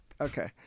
Okay